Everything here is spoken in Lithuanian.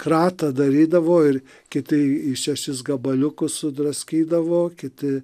kratą darydavo ir kiti į šešis gabaliukus sudraskydavo kiti